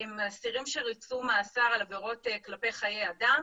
הם אסירים שריצו מאסר על עבירות כלפי חיי אדם